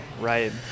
Right